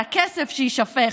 על הכסף שיישפך.